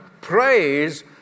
praise